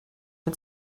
mit